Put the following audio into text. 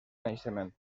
naixement